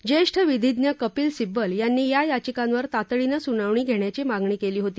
ज्येष्ठ विधिज्ञ कपील सिब्बल यांनी या याचिकांवर तातडीनं सुनावणी घेण्याची मागणी केली होती